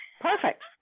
Perfect